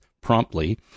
promptly